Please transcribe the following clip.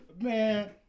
Man